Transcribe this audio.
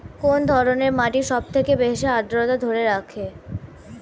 কোন ধরনের মাটি সবথেকে বেশি আদ্রতা ধরে রাখে?